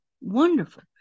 wonderful